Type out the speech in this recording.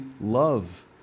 love